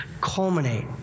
culminate